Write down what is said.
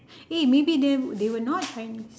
eh maybe they they were not chinese